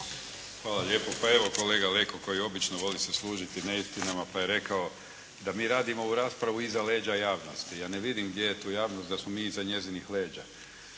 Hvala lijepo. Pa evo kolega Leko kao i obično voli se služiti neistinama, pa je rekao da mi radimo ovu raspravu iza leđa javnosti. Ja ne vidim gdje je tu javnost da smo mi iza njezinih leđa.